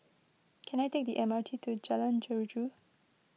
can I take the M R T to Jalan Jeruju